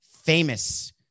famous